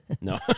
No